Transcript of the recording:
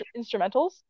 instrumentals